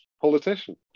politician